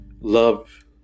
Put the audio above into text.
love